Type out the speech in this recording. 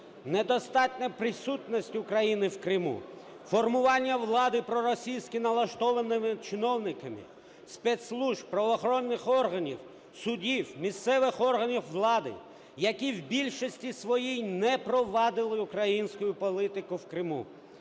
недостатня присутність України в Криму, формування влади проросійськи налаштованими чиновниками, спецслужб, правоохоронних органів, судів, місцевих органів влади, які в більшості своїй не провадили українську політику в Криму.